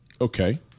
Okay